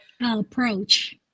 Approach